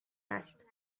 است